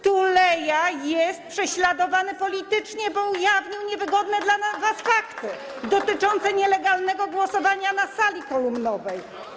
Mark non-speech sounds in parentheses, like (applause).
Tuleya jest prześladowany politycznie, bo ujawnił niewygodne dla was fakty (applause) dotyczące nielegalnego głosowania na sali kolumnowej.